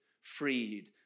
freed